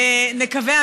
נקווה,